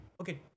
Okay